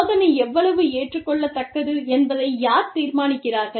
சோதனை எவ்வளவு ஏற்றுக்கொள்ளத்தக்கது என்பதை யார் தீர்மானிக்கிறார்கள்